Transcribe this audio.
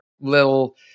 little